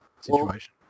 situation